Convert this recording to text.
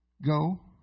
Go